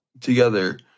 together